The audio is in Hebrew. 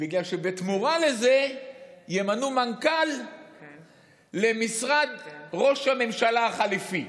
בגלל שבתמורה לזה ימנו מנכ"ל למשרד ראש הממשלה החליפי.